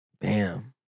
Bam